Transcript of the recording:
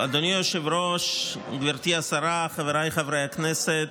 אדוני היושב-ראש, גברתי השרה, חבריי חברי הכנסת,